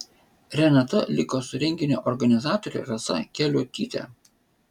renata liko su renginio organizatore rasa keliuotyte